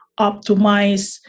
optimize